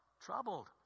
Troubled